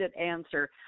answer